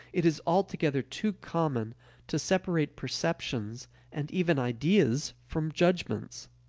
it is altogether too common to separate perceptions and even ideas from judgments.